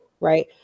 right